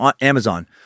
Amazon